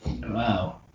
Wow